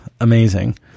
amazing